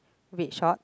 red shorts